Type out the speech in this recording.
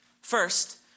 First